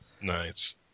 Nice